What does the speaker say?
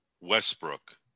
Westbrook